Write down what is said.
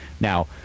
Now